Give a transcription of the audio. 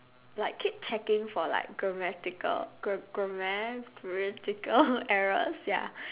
like keep checking for like grammatical gra~ grammatical grammatical errors ya